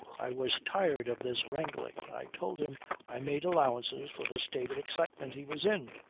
i was tired of this wrangling. i told him i made allowances for the state of excitement he was in.